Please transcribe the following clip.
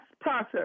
process